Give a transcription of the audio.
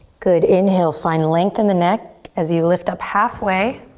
good, inhale, find length in the neck as you lift up halfway.